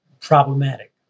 problematic